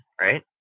right